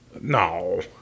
No